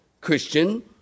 Christian